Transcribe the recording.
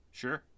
sure